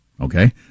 Okay